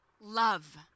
love